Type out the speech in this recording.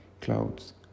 clouds